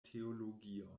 teologion